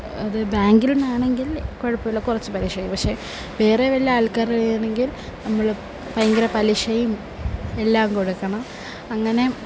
അത് ബാങ്കില് നിന്നാണെങ്കില് കുഴപ്പമില്ല കുറച്ച് പലിശ പക്ഷേ വേറെ വല്ല ആള്ക്കാരുടെ കയ്യാണെങ്കില് നമ്മൾ ഭയങ്കര പലിശയും എല്ലാം കൊടുക്കണം അങ്ങനെ